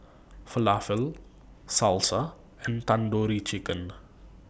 Falafel Salsa and Tandoori Chicken